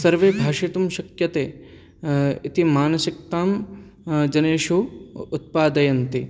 सर्वे भाषितुं शक्यते इति मानसिकतां जनेषु उत्पादयन्ति